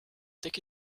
take